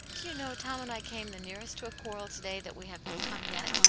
do you know tom and i came the nearest to a quarrel to-day that we have come yet.